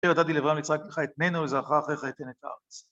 אשר נתתי לאברהם וליצחק לך אתננה ולזרעך אחריך אתן את הארץ.